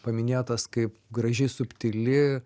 paminėtas kaip graži subtili